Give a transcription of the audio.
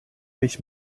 mich